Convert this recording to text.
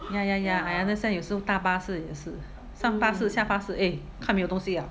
ya ya ya I understand 有时候搭巴士也是上巴士下巴士 eh 看没有东西 liao